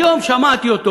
היום שמעתי אותו